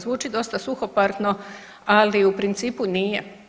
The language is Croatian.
Zvuči dosta suhoparno ali u principu nije.